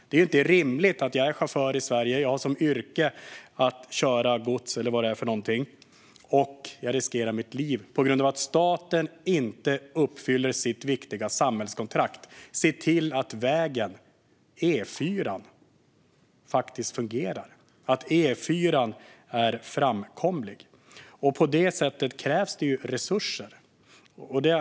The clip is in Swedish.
Det är inte rimligt att de som är chaufförer i Sverige och de som har som yrke att köra gods, eller vad det är för någonting, riskerar sina liv på grund av att staten inte uppfyller sitt viktiga samhällskontrakt: att se till att vägen, E4:an, faktiskt fungerar och är framkomlig. På det sättet krävs det ju resurser.